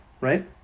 right